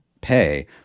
pay